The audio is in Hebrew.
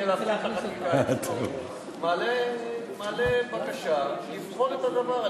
הוא מעלה בקשה לבחון את הדבר,